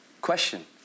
Question